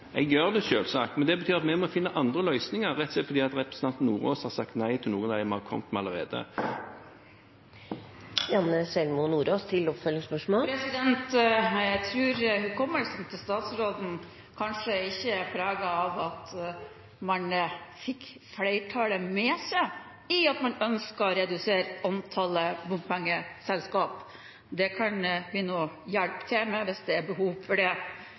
Jeg gjør det selvsagt, men det betyr at vi må finne andre løsninger, rett og slett fordi representanten Sjelmo Nordås har sagt nei til noen av dem vi har kommet med allerede. Jeg tror hukommelsen til statsråden kanskje ikke er preget av at man fikk flertallet med seg i at man ønsket å redusere antallet bompengeselskap. Det kan vi nå hjelpe til med, hvis det er behov for det.